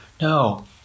No